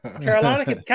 Carolina